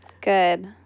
Good